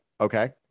okay